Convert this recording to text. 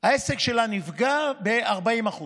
והעסק שלה נפגע ב-40%,